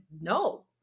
no